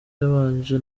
yabanje